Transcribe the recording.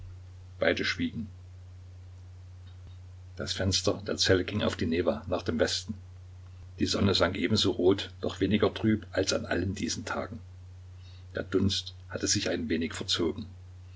beide schwiegen das fenster der zelle ging auf die newa nach dem westen die sonne sank ebenso rot doch weniger trüb als an allen diesen tagen der dunst hatte sich ein wenig verzogen